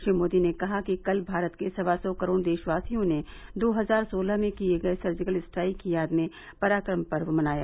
श्री मोदी ने कहा कि कल भारत के सवा सौ करोड़ देशवासियों ने दो हजार सोलह में किए गए सर्जिकल स्ट्राइक की याद में पराक्रम पर्व मनाया